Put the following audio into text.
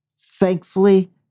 Thankfully